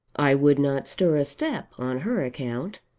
i would not stir a step on her account.